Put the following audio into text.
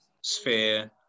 sphere